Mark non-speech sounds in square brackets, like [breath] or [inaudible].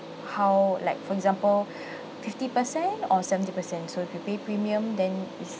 how like for example [breath] fifty percent or seventy percent so if you pay premium then is